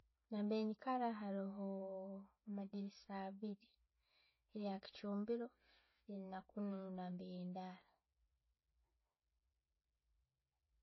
Namberi nekara haroho amadiirisa abiiri eya kichumbiro nakunnu namberi ndaara.